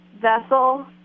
vessel